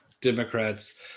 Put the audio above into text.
democrats